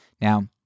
Now